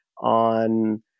on